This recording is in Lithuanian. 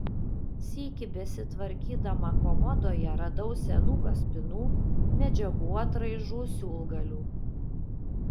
sykį besitvarkydama komodoje radau senų kaspinų medžiagų atraižų siūlgalių